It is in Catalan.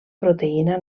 proteïna